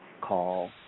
Call